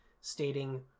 stating